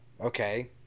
okay